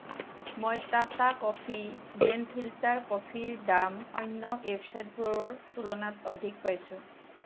মই Tata coffee grand filter কফিৰ দাম অন্য ৱেবচাইটবোৰৰ তুলনাত অধিক পাইছোঁ